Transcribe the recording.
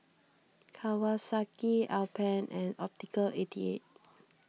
Kawasaki Alpen and Optical eighty eight